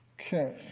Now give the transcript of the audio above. Okay